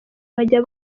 bajya